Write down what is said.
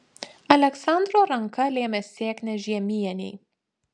aleksandro ranka lėmė sėkmę žiemienei